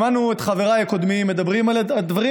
שמענו את חבריי הקודמים מדברים על דברים